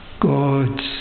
God's